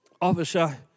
officer